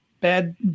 bad